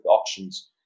auctions